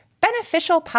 beneficial